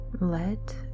Let